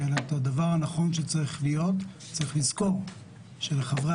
צריך לזכור שהאחריות